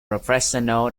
professional